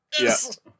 yes